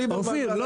על